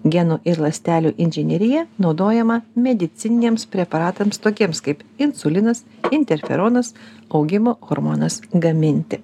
genų ir ląstelių inžinerija naudojama medicininiams preparatams tokiems kaip insulinas interferonas augimo hormonas gaminti